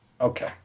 Okay